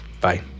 Bye